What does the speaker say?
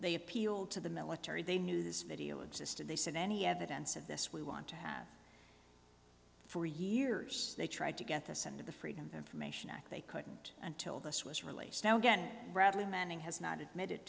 they appealed to the military they knew this video existed they said any evidence of this we want to have for years they tried to get this end of the freedom of information act they couldn't until this was released now again bradley manning has not admitted